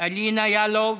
אלינה יאלוב.